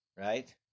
right